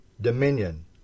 dominion